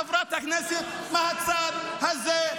חברת הכנסת מהצד הזה,